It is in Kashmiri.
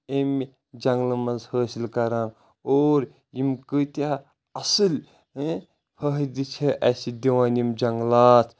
امہِ جنگلہٕ منٛز حٲصل کران اور یم کۭتیٚاہ اصٕلۍ فٲیدٕ چھِ اسہِ دِوان یِم جنگلات